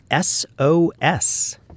SOS